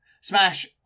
Smash